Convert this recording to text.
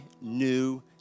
new